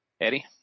Eddie